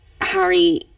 Harry